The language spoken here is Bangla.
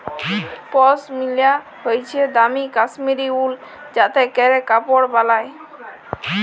পশমিলা হইসে দামি কাশ্মীরি উল যাতে ক্যরে কাপড় বালায়